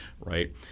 right